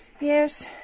Yes